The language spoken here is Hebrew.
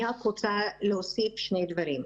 אני רק רוצה להוסיף שני דברים.